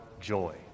joy